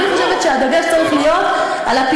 אני חושבת שהדגש צריך להיות בפיקוח